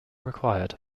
required